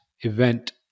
event